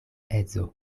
edzo